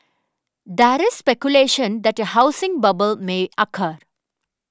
there is speculation that a housing bubble may occur